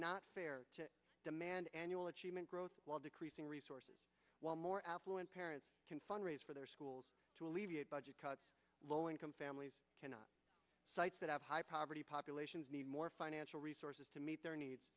to demand annual achievement growth while decreasing resources while more affluent parents can fundraise for their schools to alleviate budget cuts low income families cannot sites that have high poverty populations need more financial resources to meet their needs